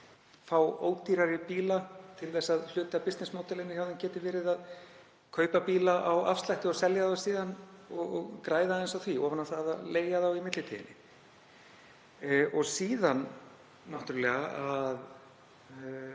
fá ódýrari bíla til þess að hluti af bisnessmódelinu hjá þeim gæti verið að kaupa bíla á afslætti og selja þá síðan og græða aðeins á því ofan á það að leigja þá í millitíðinni. Og síðan leggur